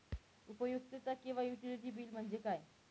उपयुक्तता किंवा utility bill म्हणजे काय?